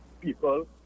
people